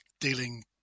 dealing